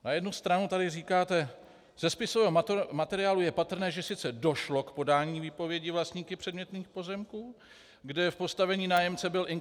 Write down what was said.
Na jednu stranu tady říkáte: Ze spisového materiálu je patrné, že sice došlo k podání výpovědi vlastníky předmětných pozemků, kde v postavení nájemce byl Ing.